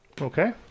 okay